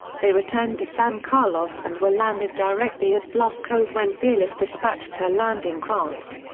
they returned to san carlos and were landed directly at bluff cove when fearless dispatched her landing craft.